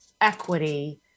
equity